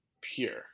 pure